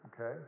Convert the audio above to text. okay